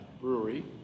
Brewery